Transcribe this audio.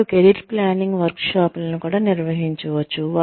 వారు career planning వర్క్షాప్లను కూడా నిర్వహించవచ్చు